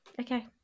okay